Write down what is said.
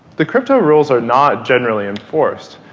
the crypto rules are not generally enforced.